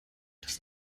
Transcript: das